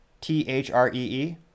T-H-R-E-E